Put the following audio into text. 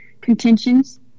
contentions